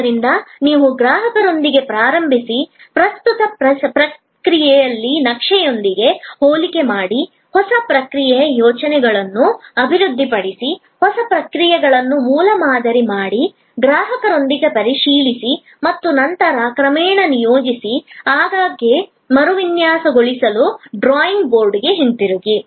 ಆದ್ದರಿಂದ ನೀವು ಗ್ರಾಹಕರೊಂದಿಗೆ ಪ್ರಾರಂಭಿಸಿ ಪ್ರಸ್ತುತ ಪ್ರಕ್ರಿಯೆಯ ನಕ್ಷೆಯೊಂದಿಗೆ ಹೋಲಿಕೆ ಮಾಡಿ ಹೊಸ ಪ್ರಕ್ರಿಯೆಯ ಆಲೋಚನೆಗಳನ್ನು ಅಭಿವೃದ್ಧಿಪಡಿಸಿ ಹೊಸ ಪ್ರಕ್ರಿಯೆಗಳನ್ನು ಮೂಲಮಾದರಿ ಮಾಡಿ ಗ್ರಾಹಕರೊಂದಿಗೆ ಪರಿಶೀಲಿಸಿ ಮತ್ತು ನಂತರ ಕ್ರಮೇಣ ನಿಯೋಜಿಸಿ ಆಗಾಗ್ಗೆ ಮರುವಿನ್ಯಾಸಗೊಳಿಸಲು ಡ್ರಾಯಿಂಗ್ ಬೋರ್ಡ್ಗೆ ಹಿಂತಿರುಗಿ